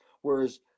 whereas